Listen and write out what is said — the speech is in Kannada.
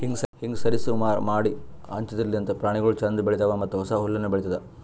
ಹೀಂಗ್ ಸರಿ ಸಮಾ ಮಾಡಿ ಹಂಚದಿರ್ಲಿಂತ್ ಪ್ರಾಣಿಗೊಳ್ ಛಂದ್ ಬೆಳಿತಾವ್ ಮತ್ತ ಹೊಸ ಹುಲ್ಲುನು ಬೆಳಿತ್ತುದ್